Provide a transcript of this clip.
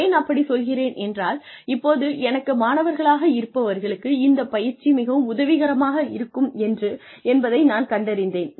ஏன் அப்படி சொல்கிறேன் என்றால் இப்போது எனக்கு மாணவர்களாக இருப்பவர்களுக்கு இந்த பயிற்சி மிகவும் உதவிக்கரமாக இருக்கும் என்பதை நான் கண்டறிந்தேன்